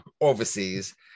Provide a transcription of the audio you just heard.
overseas